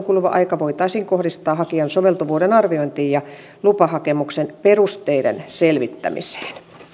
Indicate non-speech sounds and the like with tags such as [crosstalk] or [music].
[unintelligible] kuluva aika voitaisiin kohdistaa hakijan soveltuvuuden arviointiin ja lupahakemuksen perusteiden selvittämiseen